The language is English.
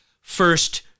first